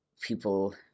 people